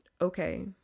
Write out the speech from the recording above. Okay